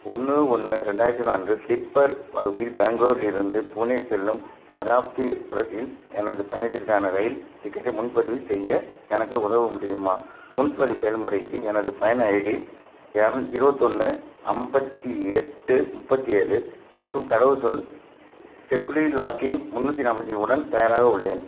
ஒன்று ஒன்று ரெண்டாயிரத்தி நான்கு ஸ்லிப்பர் வகுப்பில் பேங்களூரிலிருந்து புனே செல்லும் சதாப்தி எக்ஸ்பிரஸ் இல் எனது பயணத்திற்கான ரயில் டிக்கெட்டை முன்பதிவு செய்ய எனக்கு உதவ முடியுமா முன்பதிவு செயல்முறைக்கு எனது பயனர் ஐடி இரநூத் இருபத்தொன்னு ஐம்பத்தி எட்டு முப்பத்தேழு மற்றும் கடவுச்சொல் செ செ செக்யூரிடி லாக்கின் முன்னூற்றி நாற்பத்தஞ்சி உடன் தயாராக உள்ளேன்